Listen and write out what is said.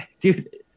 dude